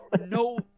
no